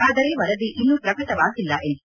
ಆದರೆ ವರದಿ ಇನ್ನೂ ಪ್ರಕಟವಾಗಿಲ್ಲ ಎಂದರು